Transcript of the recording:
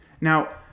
Now